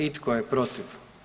I tko je protiv?